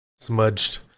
Smudged